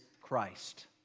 Christ